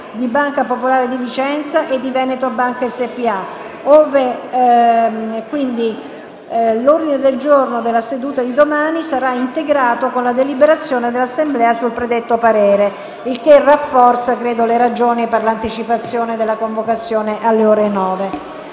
di Banca Popolare di Vicenza SpA e di Veneto Banca SpA. L'ordine del giorno della seduta di domani è quindi integrato con la deliberazione dell'Assemblea sul predetto parere, il che rafforza le ragioni per l'anticipazione della convocazione alle ore 9.